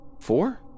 Four